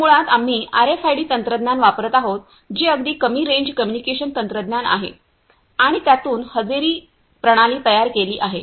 तर मुळात आम्ही आरएफआयडी तंत्रज्ञान वापरत आहोत जे अगदी कमी रेंज कम्युनिकेशन तंत्रज्ञान आहे आणि त्यातून हजेरी प्रणाली तयार केली आहे